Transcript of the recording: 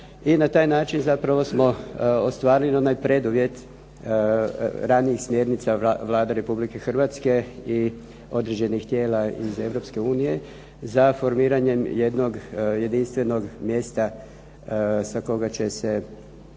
i na taj način zapravo smo ostvarili onaj preduvjet ranijih smjernica Vlade Republike Hrvatske i određenih tijela iz Europske unije za formiranje jednog jedinstvenog mjesta sa koga će se